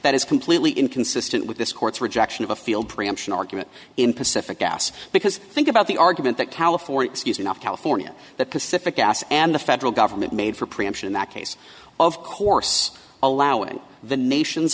that is completely inconsistent with this court's rejection of a field preemption argument in pacific gas because think about the argument that california is using off california that pacific gas and the federal government made for preemption in that case of course allowing the nation's